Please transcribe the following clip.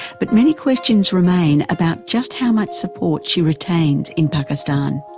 but many questions remain about just how much support she retains in pakistan.